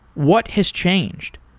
what has changed?